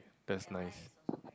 that's nice